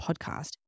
podcast